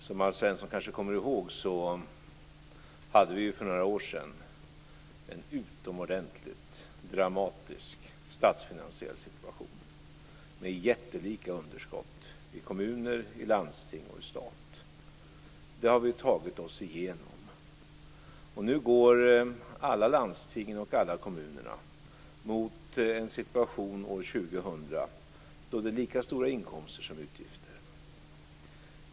Som Alf Svensson kanske kommer ihåg hade vi för några år sedan en utomordentligt dramatisk statsfinansiell situation med jättelika underskott i kommuner, i landsting och i staten. Det har vi tagit oss igenom. Nu går alla landsting och alla kommuner mot en situation år 2000 då det är lika stora inkomster som utgifter.